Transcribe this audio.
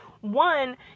one